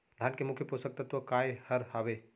धान के मुख्य पोसक तत्व काय हर हावे?